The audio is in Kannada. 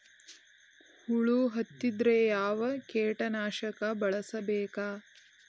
ಹುಳು ಹತ್ತಿದ್ರೆ ಯಾವ ಕೇಟನಾಶಕ ಬಳಸಬೇಕ?